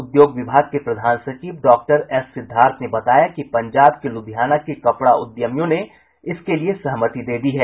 उद्योग विभाग के प्रधान सचिव डॉक्टर एस सिद्धार्थ ने बताया कि पंजाब के लुधियाना के कपड़ा उद्यमियों ने इसके लिये सहमति दे दी है